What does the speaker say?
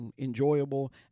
enjoyable